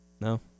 No